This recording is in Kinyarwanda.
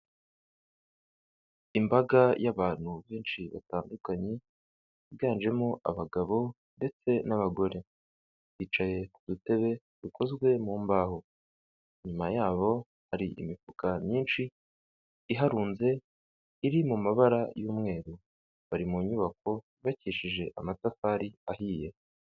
Imbaga y'abantu benshi batandukanye, biganjemo abagabo ndetse n'abagore. Bicaye ku dutebe dukozwe mu mbaho. Inyuma yabo hari imifuka myinshi iharunze iri mu mabara y'umweru. Bari mu nyubako yubakishijwe amatafari ahiye.